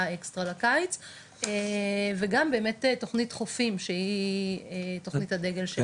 אקסטרה לקיץ וגם באמת תוכנית "חופים" שהיא תוכנית הדגל של הקיץ.